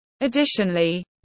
Additionally